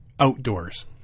Outdoors